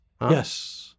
Yes